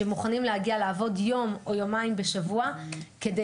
שמוכנים להגיע לעבוד יום או יומיים בשבוע כדי